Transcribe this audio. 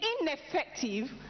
ineffective